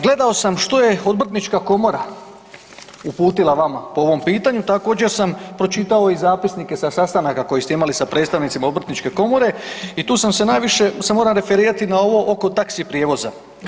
Gledao sam što je Obrtnička komora uputila vama po ovom pitanju, također sam pročitao i zapisnike sa sastanaka koji ste imali sa predstavnicima Obrtničke komore i tu sam se najviše se moram referirati na ovo oko taxi prijevoza.